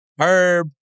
Herb